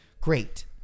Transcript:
great